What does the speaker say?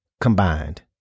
combined